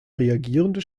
reagierende